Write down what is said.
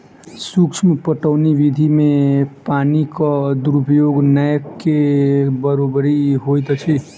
सूक्ष्म पटौनी विधि मे पानिक दुरूपयोग नै के बरोबरि होइत अछि